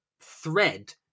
thread